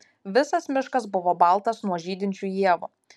visas miškas buvo baltas nuo žydinčių ievų